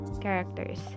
characters